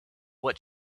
what